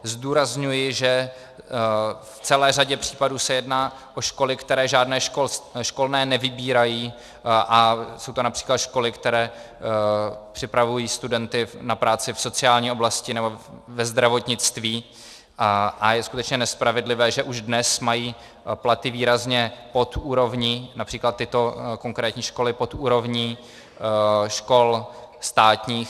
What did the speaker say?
Zdůrazňuji, že v celé řadě případů se jedná o školy, které žádné školné nevybírají, a jsou to například školy, které připravují studenty na práci v sociální oblasti nebo ve zdravotnictví, a je skutečně nespravedlivé, že už dnes mají platy výrazně pod úrovní, například tyto konkrétní školy, pod úrovní škol státních.